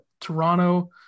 Toronto